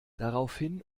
daraufhin